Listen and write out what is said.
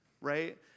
Right